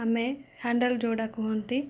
ଆମେ ହ୍ୟାଣ୍ଡେଲ୍ ଯେଉଁଟାକୁ କୁହନ୍ତି